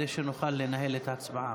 נגד